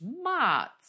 smart